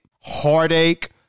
heartache